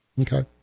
Okay